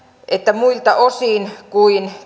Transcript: että muilta osin kuin